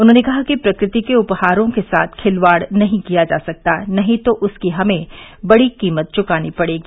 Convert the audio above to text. उन्होंने कहा कि प्रकृति के उपहारों के साथ खिलवाड़ नहीं किया जा सकता नहीं तो उसकी हमें बड़ी कीमत चुकानी पड़ेगी